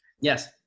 Yes